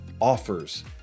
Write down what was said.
offers